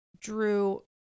Drew